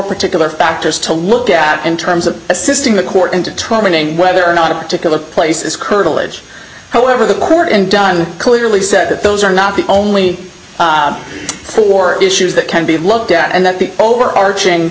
particular factors to look at in terms of assisting the court in determining whether or not a particular place is curtilage however the court and dunn clearly said that those are not the only four issues that can be looked at and that the overarching